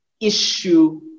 issue